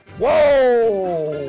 whoa!